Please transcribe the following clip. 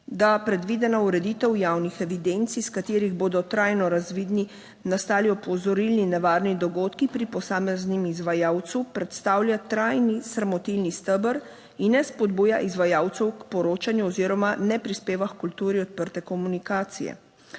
Da predvidena ureditev javnih evidenc, iz katerih bodo trajno razvidni nastali opozorilni nevarni dogodki pri posameznem izvajalcu, predstavlja trajni sramotilni steber in ne spodbuja izvajalcev k poročanju oziroma ne prispeva h kulturi odprte komunikacije,